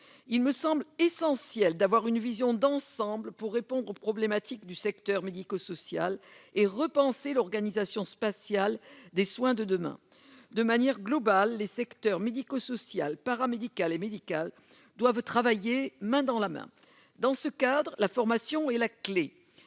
Il me semble essentiel d'avoir une vision d'ensemble pour répondre aux problématiques du secteur médico-social et repenser l'organisation spatiale des soins de demain. De manière globale, les secteurs médico-social, paramédical et médical doivent travailler main dans la main. Dans ce cadre, la formation, qu'elle